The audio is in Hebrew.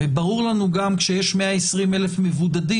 הרי ברור לנו גם שכשיש 120,000 מבודדים